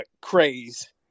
craze